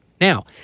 Now